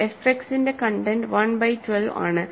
F എക്സിന്റെ content 1 by 12 ആണ്